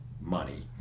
money